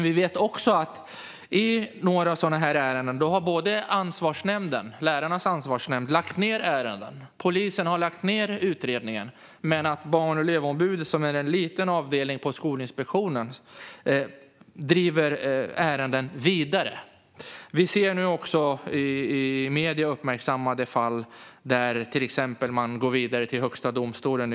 Vi vet dock att i några sådana fall har Lärarnas ansvarsnämnd lagt ned ärendet och polisen har lagt ned utredningen, men Barn och elevombudet, som är en liten avdelning på Skolinspektionen, har drivit ärendet vidare. Vi ser även i medierna uppmärksammade fall där man till exempel går vidare till Högsta domstolen.